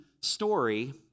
story